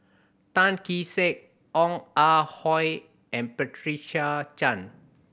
Tan Kee Sek Ong Ah Hoi and Patricia Chan